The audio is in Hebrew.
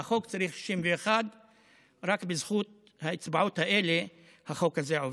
והחוק צריך 61. רק בזכות האצבעות האלה החוק הזה עובר.